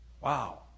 Wow